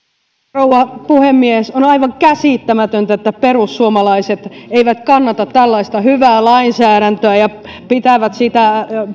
rouva puhemies on aivan käsittämätöntä että perussuomalaiset eivät kannata tällaista hyvää lainsäädäntöä ja pitävät sitä